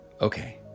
Okay